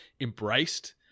embraced